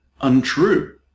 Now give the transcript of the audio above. untrue